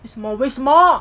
为什么为什么